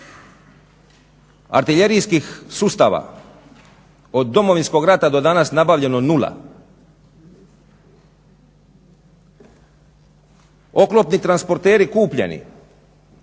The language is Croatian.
Artiljerijskih sustava od Domovinskog rata do danas nabavljeno nula, oklopni transporteri kupljeni